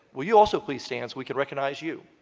will you also please stand so we could recognize you?